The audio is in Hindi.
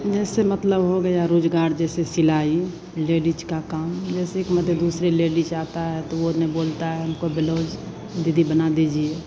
जैसे मतलब हो गया रोज़गार जैसे सिलाई लेडीज का काम जैसे कि मतलब दूसरी लेडीज आती है तो वे नहीं बोलती है हमको ब्लोज दीदी बना दीजिए